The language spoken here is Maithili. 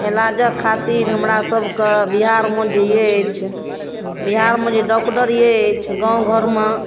इलाजके खातिर हमरासबके बिहारमे जे अछि बिहारमे जे डॉक्टर अछि गामघरमे